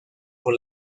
por